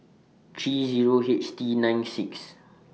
three Zero H T nine six